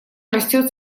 растёт